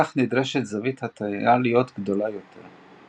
כך נדרשת זווית ההטייה להיות גדולה יותר.